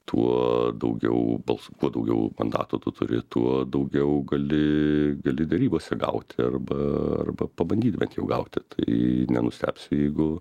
tuo daugiau balsų kuo daugiau mandatų turi tuo daugiau gali gali derybose gauti arba arba pabandyt bent jau gauti tai nenustebsiu jeigu